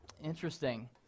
Interesting